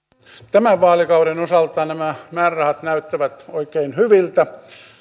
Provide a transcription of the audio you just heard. tämän vaalikauden osalta nämä määrärahat näyttävät oikein hyviltä